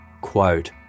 quote